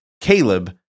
Caleb